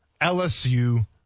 lsu